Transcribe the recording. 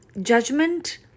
judgment